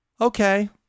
Okay